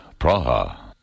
Praha